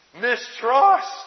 Mistrust